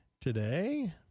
today